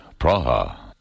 Praha